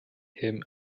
him